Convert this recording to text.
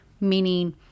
Meaning